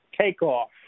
takeoff